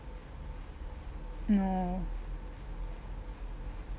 no